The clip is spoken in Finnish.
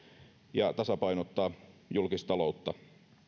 ja siten tasapainottaa julkistaloutta